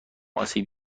آسیب